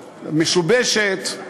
משובשת,